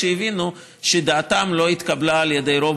כשהבינו שדעתם לא התקבלה על ידי רוב